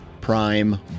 Prime